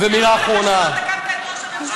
מעניין שלא תקפת את ראש הממשלה.